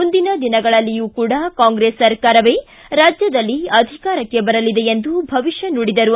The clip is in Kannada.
ಮುಂದಿನ ದಿನಗಳಲ್ಲಿಯೂ ಕೂಡ ಕಾಂಗ್ರೆಸ್ ಸರ್ಕಾರವೇ ರಾಜ್ಯದಲ್ಲಿ ಅಧಿಕಾರಕ್ಕೆ ಬರಲಿದೆ ಎಂದು ಭವಿಷ್ಯ ನುಡಿದರು